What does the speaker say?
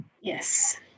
yes